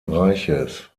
reiches